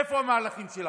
איפה המהלכים שלכם?